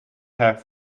have